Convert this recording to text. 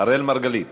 אראל מרגלית,